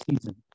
season